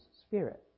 Spirit